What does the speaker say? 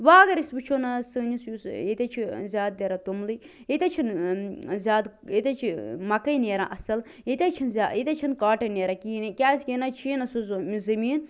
وۄنۍ اگر أسۍ وُچھو نَہ حظ سٲنِس یُس ٲں ییٚتہِ حط چھُ زیادٕ نیران توٚملٕے ییٚتہِ حظ چھُنہٕ ٲں زیادٕ ییٚتہِ حظ چھِ مکٲے نیران اصٕل ییٚتہِ حظ چھُنہٕ زیادٕ ییٚیہِ حظ چھُنہٕ کاٹن نیران کِہیٖنۍ نہٕ کیٛازِکہِ یہِ نَہ حظ چھُیی نہٕ سُہ زمیٖن